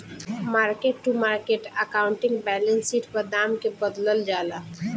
market to market accounting balance sheet पर दाम के बदलल जाला